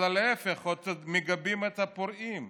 אלא להפך, עוד מגבים את הפורעים.